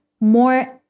more